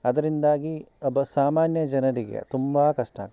ಅದರಿಂದಾಗಿ ಒಬ್ಬ ಸಾಮಾನ್ಯ ಜನರಿಗೆ ತುಂಬ ಕಷ್ಟ ಆಗ್ತದೆ